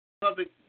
public